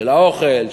של האוכל,